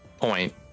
point